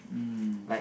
mm